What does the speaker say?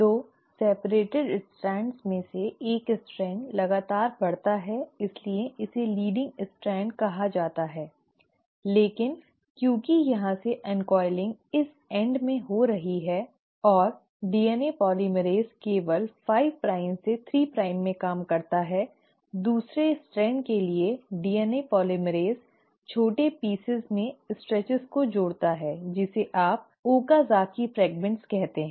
2 अलग किए गए स्ट्रैंड्स में से एक स्ट्रैंड लगातार बढ़ता है इसलिए इसे लीडिंग स्ट्रैंड कहा जाता है लेकिन क्योंकि यहां से अन्कॉइलिंग इस अंत में हो रही है और डीएनए पॉलीमरेज़ केवल 5 प्राइम में 3 प्राइम में काम करता है दूसरे स्ट्रैंड के लिए डीएनए पोलीमरेज़ छोटे टुकड़ों में हिस्सों को जोड़ता है जिसे आप ओकाज़की फ्रेगमेंट्स कहते हैं